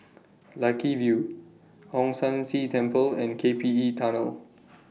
Lucky View Hong San See Temple and K P E Tunnel